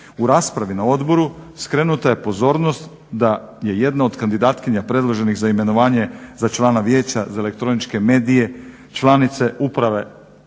U raspravi na odboru skrenuta je pozornost da je jedna od kandidatkinja predloženih za imenovanje za člana vijeća za elektroničke medije, članice upravnog